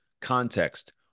Context